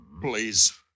Please